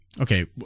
Okay